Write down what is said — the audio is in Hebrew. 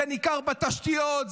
זה ניכר בתשתיות,